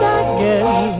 again